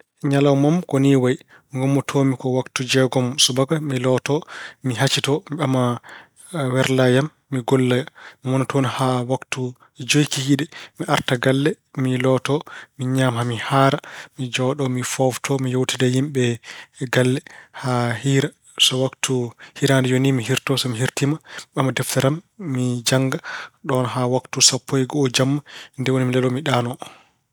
Ñalawma am ko ni wayi: Ngummotoo-mi ko waktu jeegom subaka, mi looto, mi hacitoo, mi mbama werla am, mi golloya. Mi wona toon haa waktu joyi kikiiɗe. Mi arta galle, mi looto, mi ñaama haa mi haara. Mi jooɗo mi foofto, mi ƴeewtida e yimɓe galle haa hiira. So waktu iraade yoni mi hirto. So mi hirtiima, mi ɓama deftere, mi jannga ɗoon haa waktu sappo e go'o jamma. Ndeen woni mi leloo mi ɗanoo.